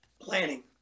planning